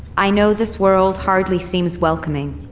i know this world hardly seems welcoming,